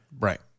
Right